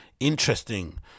interesting